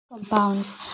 Compounds